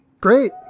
great